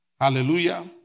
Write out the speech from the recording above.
Hallelujah